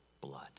blood